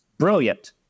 brilliant